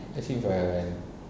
I sit in front